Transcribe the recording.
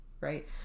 right